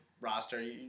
Roster